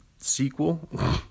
sequel